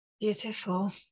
Beautiful